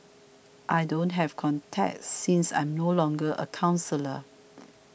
I don't have contacts since I am no longer a counsellor